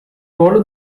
ruolo